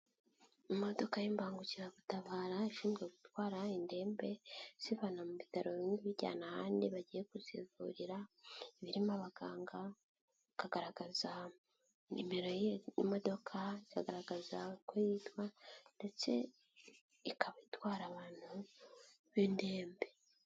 Imodoka y'imbangukiragutabara ishinzwe gutwara indembe izivana mu bitaro bimwe izijyana ahandi bagiye kuzivurira, iba irimo abaganga bakagaragaza nimero, imodoka ikagaragaza uko yitwa ndetse ikaba itwara abantu b'indembe.